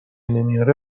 نمیاره